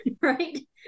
right